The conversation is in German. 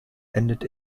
endet